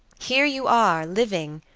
here you are, living,